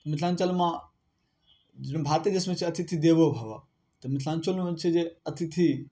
मिथिलाञ्चलमे जेना भारतेके सुनै छियै अतिथि देवो भवः तऽ मिथिलाञ्चलोमे छै जे अतिथि